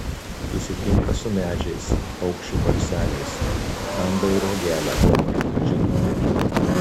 susitinka su medžiais paukščių balseliais randa ir uogelę gomuriui pradžiuginti